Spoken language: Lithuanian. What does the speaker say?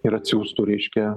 ir atsiųstų reiškia